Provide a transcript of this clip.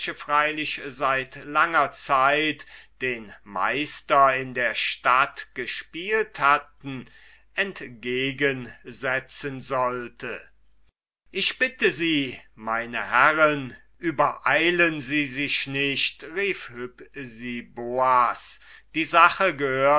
freilich seit langer zeit den meister in der stadt gespielt hatten entgegen setzen sollte ich bitte sie meine herren übereilen sie sich nicht rief hypsiboas die sache